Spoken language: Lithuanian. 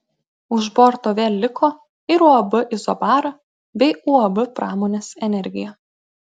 už borto vėl liko ir uab izobara bei uab pramonės energija